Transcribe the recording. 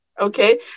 okay